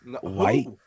White